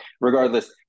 regardless